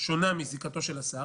שונה מזיקתו של ראש הממשלה.